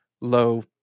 low